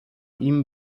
ihm